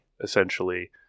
essentially